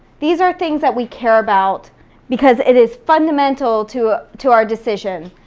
these are things that we care about because it is fundamental to to our decision.